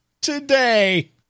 today